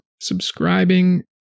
subscribing